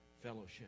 fellowship